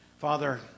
Father